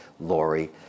Lori